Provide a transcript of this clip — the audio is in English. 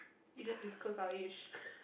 you just disclose our age